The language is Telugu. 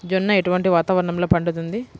జొన్న ఎటువంటి వాతావరణంలో పండుతుంది?